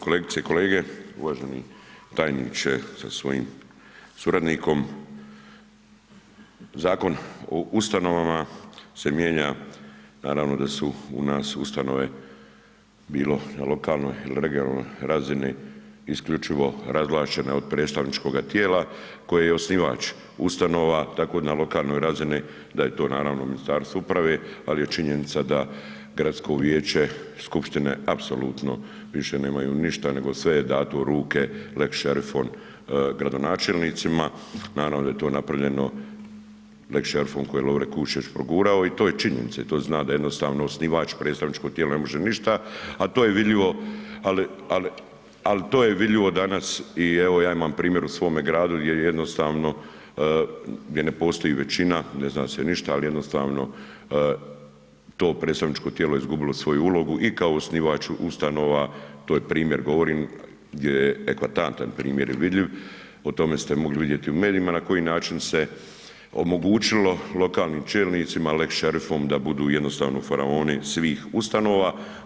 Kolegice i kolege, uvaženi tajniče sa svojim suradnikom, Zakon o ustanovama se mijenja, naravno da su u nas ustanove bilo na lokalnoj il regionalnoj razini isključivo razvlačene od predstavničkoga tijela koje je osnivač ustanova, tako na lokalnoj razini da je to naravno Ministarstvo uprave, al je činjenica da Gradsko vijeće skupštine apsolutno više nemaju ništa nego sve je dato u ruke lex šerifon, gradonačelnicima, naravno da je to napravljeno lex šerifom koji je Lovre Kuščević progurao i to je činjenica i to zna da jednostavno osnivač predstavničko tijelo ne može ništa, a to je vidljivo, ali to je vidljivo danas i evo ja imam primjer u svome gradu gdje jednostavno gdje ne postoji većina, ne zna se ništa, al jednostavno to predstavničko tijelo je izgubilo svoju ulogu i kao osnivač ustanova, to je primjer govorim gdje je ekvatantan primjer je vidljiv, o tome ste mogli vidjeti u medijima na koji način se omogućilo lokalnim čelnicima lex šerifom da budu jednostavno faraoni svih ustanova.